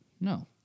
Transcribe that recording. No